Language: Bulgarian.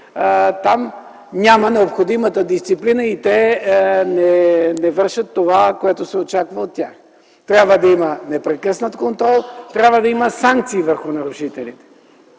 там няма необходимата дисциплина и те не вършат онова, което се очаква от тях. Трябва да има непрекъснат контрол, трябва да има санкции върху нарушителите!